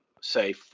say